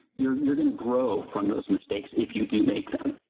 you're, you're going to grow from those mistakes if you do make them.